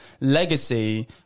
legacy